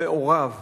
מעורב